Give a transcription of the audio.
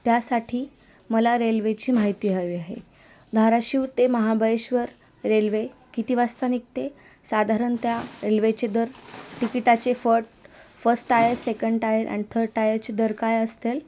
त्यासाठी मला रेल्वेची माहिती हवी आहे धाराशीव ते महाबळेश्वर रेल्वे किती वाजता निघते साधारण त्या रेल्वेचे दर तिकिटाचे फट first tier second tier and third टायरची दर काय असतील